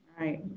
Right